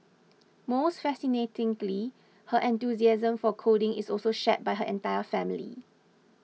most fascinatingly her enthusiasm for coding is also shared by her entire family